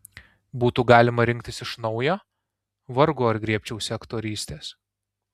būtų galima rinktis iš naujo vargu ar griebčiausi aktorystės